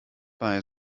bei